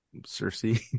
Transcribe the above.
Cersei